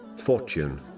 fortune